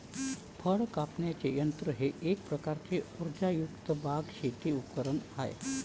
फळ कापण्याचे यंत्र हे एक प्रकारचे उर्जायुक्त बाग, शेती उपकरणे आहे